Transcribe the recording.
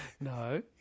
No